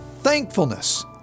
thankfulness